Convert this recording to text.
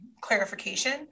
clarification